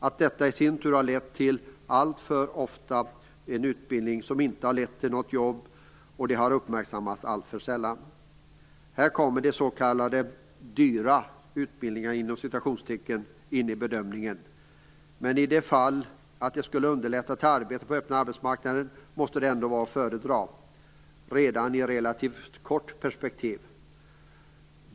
Att detta har lett till att utbildningen alltför ofta inte har lett till något jobb uppmärksammas alltför sällan. I det sammanhanget kommer de s.k. dyra utbildningarna in i bedömningen. Men i de fall att dessa utbildningar skulle underlätta att få ett arbete på öppna arbetsmarknaden måste de redan i ett relativt kort perspektiv ändå vara att föredra.